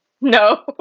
No